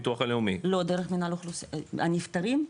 לא, דרך מנהל האוכלוסין, הנפטרים?